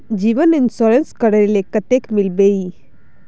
जीवन इंश्योरेंस करले कतेक मिलबे ई?